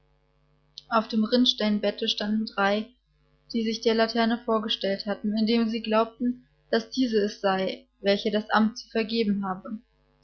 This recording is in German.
auf dem rinnsteinbrette standen drei die sich der laterne vorgestellt hatten indem sie glaubten daß diese es sei welche das amt zu vergeben habe